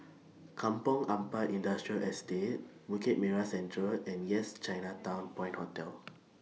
Kampong Ampat Industrial Estate Bukit Merah Central and Yes Chinatown Point Hotel